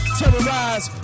terrorize